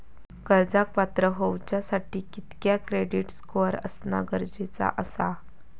कर्जाक पात्र होवच्यासाठी कितक्या क्रेडिट स्कोअर असणा गरजेचा आसा?